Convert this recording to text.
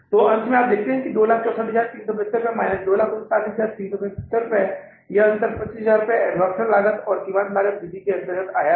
तो अंत में आप यहाँ देख सकते हैं कि 264375 माइनस 239375 लाभ का अंतर २५००० अब्जॉर्प्शन लागत और सीमांत लागत विधि के तहत आ गया है